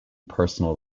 personal